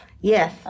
yes